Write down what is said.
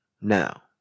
Now